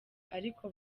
ariko